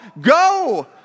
Go